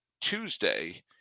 Tuesday